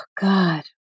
God